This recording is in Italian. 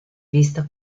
vista